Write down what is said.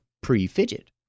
pre-fidget